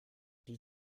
die